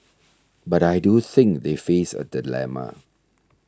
but I do think they face a dilemma